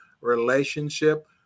relationship